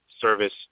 service